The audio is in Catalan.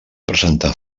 presentar